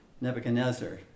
Nebuchadnezzar